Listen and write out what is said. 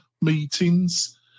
meetings